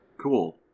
Cool